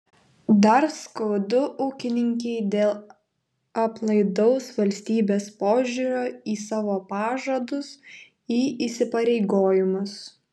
dar skaudu ūkininkei dėl aplaidaus valstybės požiūrio į savo pažadus į įsipareigojimus